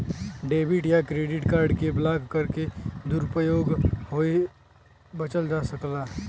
debit या credit card के block करके दुरूपयोग होये बचल जा सकला